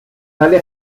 tale